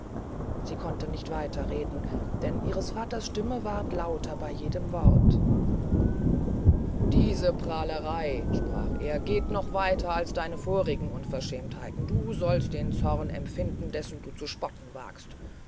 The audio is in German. sie konnte nicht weiter reden denn ihres vaters stimme ward lauter bey jedem wort diese prahlerey sprach er geht noch weiter als alle deine vorige unverschämtheit du sollst den zorn empfinden dessen du zu spotten wagst